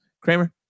kramer